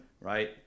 Right